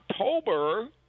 October